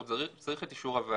הוא צריך את אישור הוועדה.